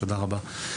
תודה רבה.